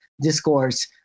discourse